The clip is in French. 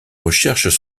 recherches